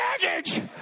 baggage